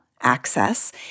access